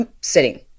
sitting